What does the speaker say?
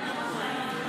למה נעצר על עשר?